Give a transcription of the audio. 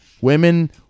Women